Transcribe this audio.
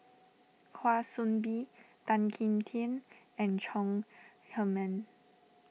Kwa Soon Bee Tan Kim Tian and Chong Heman